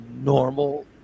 normal